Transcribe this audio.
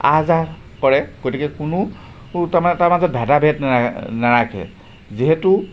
আহ যাহ কৰে গতিকে কোনো তাৰমানে তামাজত ভেদাভেদ নাই নাৰাখে যিহেতু